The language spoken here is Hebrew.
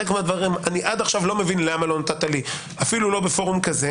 חלק מהדברים אני עד כה לא מבין למה לא נתת לי אפילו לא בפורום כזה.